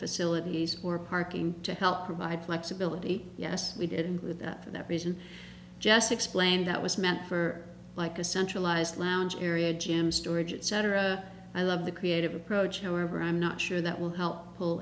facilities or parking to help provide flexibility yes we didn't do that for that reason jess explained that was meant for like a centralized lounge area gym storage etc i love the creative approach however i'm not sure that will